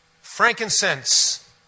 Frankincense